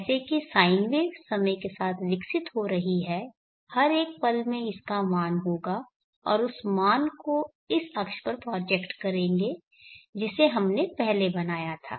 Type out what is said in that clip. जैसा कि sine wave समय के साथ विकसित हो रही है हर एक पल में इसका एक मान होगा और उस मान को इस अक्ष पर प्रोजैक्ट करेगें जिसे हमने पहले बनाया था